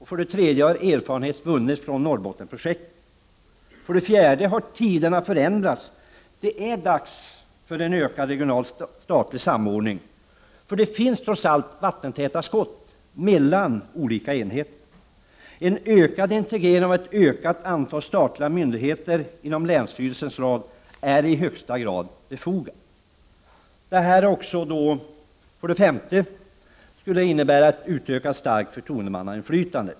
För det tredje har erfarenheter vunnits från Norrbottensprojektet. För det fjärde har tiderna förändrats. Det är dags för en ökad regional statlig samordning. Det finns trots allt vattentäta skott mellan olika enheter. En ökad integrering av ett ökat antal statliga myndigheter inom länsstyrelsens ram är i högsta grad befogad. För det femte skulle detta innebära ett utökat starkt förtroendemannainflytande.